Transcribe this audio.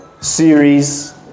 series